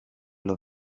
los